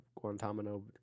Guantanamo